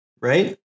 right